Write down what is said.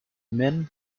men